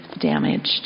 damaged